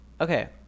okay